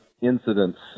incidents